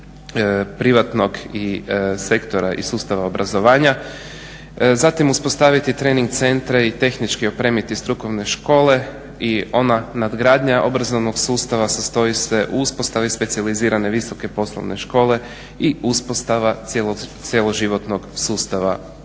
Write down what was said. privatnog sektora i sustava obrazovanja, zatim uspostaviti trening centre i tehnički opremiti strukovne škole i ona nadgradnja obrazovnog sustava sastoji se u uspostavi specijalizirane visoke poslovne škole i uspostava cijeloživotnog sustava